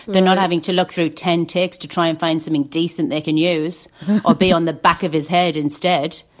they're not having to look through ten takes to try and find something decent they can use or be on the back of his head instead.